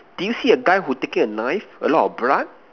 do you see a guy who taking a knife a lot of blood